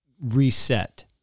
reset